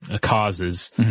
causes